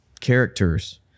characters